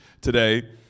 today